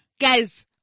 Guys